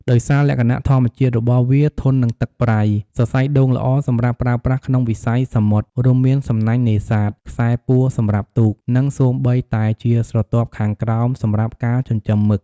ដោយសារលក្ខណៈធម្មជាតិរបស់វា ធន់នឹងទឹកប្រៃ សរសៃដូងល្អសម្រាប់ប្រើប្រាស់ក្នុងវិស័យសមុទ្រ រួមមាន សំណាញ់នេសាទ ខ្សែពួរសម្រាប់ទូក និងសូម្បីតែជាស្រទាប់ខាងក្រោមសម្រាប់ការចិញ្ចឹមមឹក។